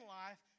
life